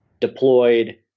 deployed